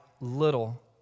little